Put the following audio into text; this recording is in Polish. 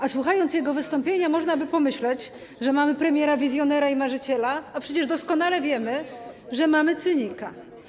A słuchając jego wystąpienia, można by pomyśleć, że mamy premiera wizjonera i marzyciela, a przecież doskonale wiemy, że mamy cynika.